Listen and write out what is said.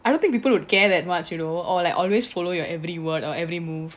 I don't think people would care that much you know or like always follow your every word or every move